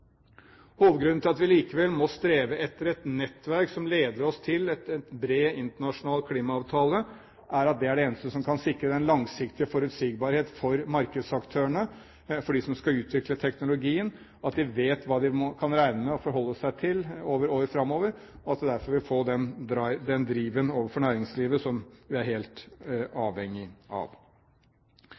Hovedgrunnen til at vi likevel må streve etter et nettverk som leder oss til en bred internasjonal klimaavtale, er at det er det eneste som kan sikre den langsiktige forutsigbarhet for markedsaktørene og for dem som skal utvikle teknologien – at de vet hva de kan regne med og forholde seg til i årene framover, og at det derfor vil få den driven overfor næringslivet som vi er helt avhengige av.